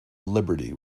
liberty